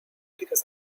because